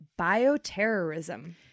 bioterrorism